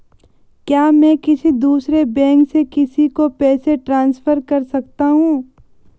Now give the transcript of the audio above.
क्या मैं किसी दूसरे बैंक से किसी को पैसे ट्रांसफर कर सकता हूं?